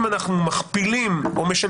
יש יותר.